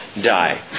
die